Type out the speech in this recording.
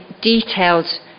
detailed